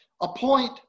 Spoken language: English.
Appoint